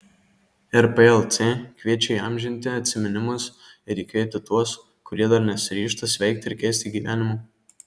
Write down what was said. rplc kviečia įamžinti atsiminimus ir įkvėpti tuos kurie dar nesiryžta sveikti ir keisti gyvenimo